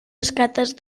escates